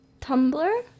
Tumblr